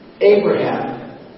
Abraham